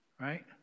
right